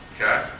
Okay